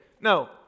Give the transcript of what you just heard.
No